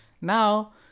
Now